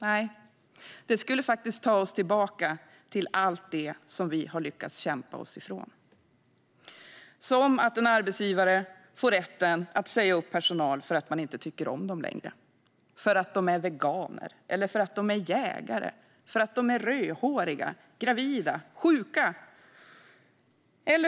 Nej, det skulle ta oss tillbaka till allt det som vi har lyckats kämpa oss ifrån, som att en arbetsgivare får rätt att säga upp personal för att man inte tycker om dem längre, för att de är veganer, jägare, rödhåriga, gravida eller sjuka.